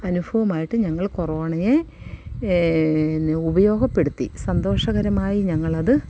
അനുഭവമായിട്ട് ഞങ്ങൾ കൊറോണയെ പിന്നെ ഉപയോഗപ്പെടുത്തി സന്തോഷകരമായി ഞങ്ങളത്